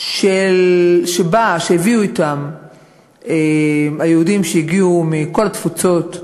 שהביאו אתם היהודים שהגיעו מכל התפוצות,